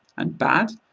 and bad?